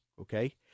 okay